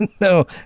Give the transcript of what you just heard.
No